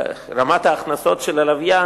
ברמת ההכנסות של הלוויין,